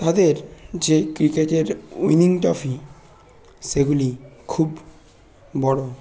তাদের যে ক্রিকেটের উইনিং ট্রফি সেগুলি খুব বড়